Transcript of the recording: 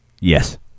Yes